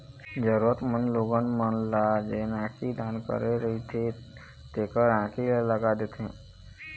जरुरतमंद लोगन मन ल जेन आँखी दान करे रहिथे तेखर आंखी ल लगा देथे